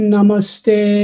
Namaste